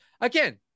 again